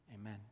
Amen